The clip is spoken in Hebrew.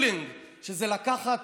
pooling זה לקחת